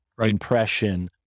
impression